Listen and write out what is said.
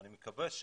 אני מבין את זה,